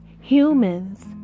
humans